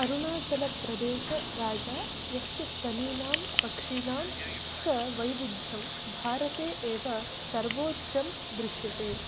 अरुणाचलप्रदेश राजा यस्य स्तनीनां पक्षिणां च वैविध्यं भारते एव सर्वोच्चं दृश्यते